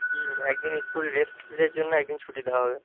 হুম একদিন school rest এর জন্য একদিন ছুটি দেওয়া হবে